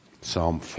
Psalm